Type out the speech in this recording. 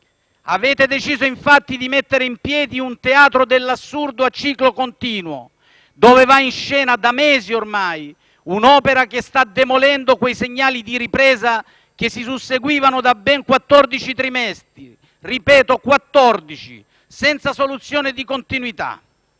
Avete deciso, infatti, di mettere in piedi un teatro dell'assurdo a ciclo continuo, dove va in scena - da mesi ormai - un'opera che sta demolendo quei segnali di ripresa che si susseguivano da ben quattordici trimestri - ripeto, quattordici - senza soluzione di continuità.